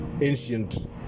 ancient